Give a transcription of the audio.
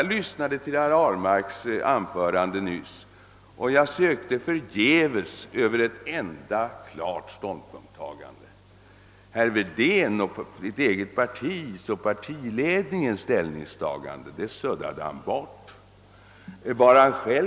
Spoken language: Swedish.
Jag lyssnade till herr Ahlmarks anförande nyss, och jag sökte förgäves efter ett enda klart ståndpunktstagande. Herr Wedéns och det egna partiets och partiledningens ställningstagande suddade han bort.